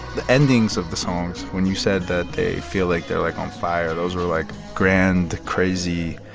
the endings of the songs when you said that they feel like they're, like, on fire, those were, like, grand, crazy,